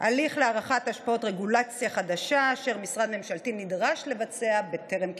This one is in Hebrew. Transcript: הליך להערכת השפעות רגולציה חדשה אשר משרד ממשלתי נדרש לבצע טרם קידומה,